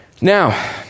Now